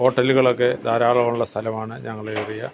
ഹോട്ടലുകളൊക്കെ ധാരാളമുള്ള സ്ഥലമാണ് ഞങ്ങളുടെ ഏരിയ